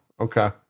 Okay